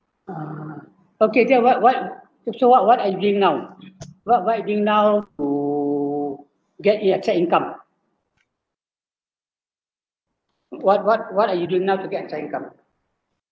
uh okay then what what so so what I didn't know what what I didn't know to get uh side income what what what are you doing now to get a side income